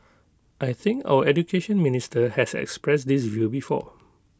I think our Education Minister has expressed this view before